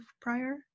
prior